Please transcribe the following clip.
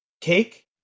cake